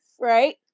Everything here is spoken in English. Right